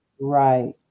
right